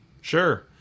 Sure